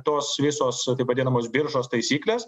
tos visos taip vadinamos biržos taisyklės